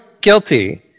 guilty